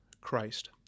Christ